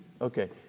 Okay